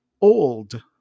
Old